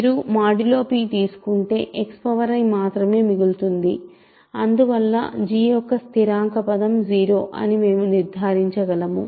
మీరు modulo p తీసుకుంటే xi మాత్రమే మిగులుతుంది అందువల్ల g యొక్క స్థిరాంక పదం 0 అని మేము నిర్ధారించగలము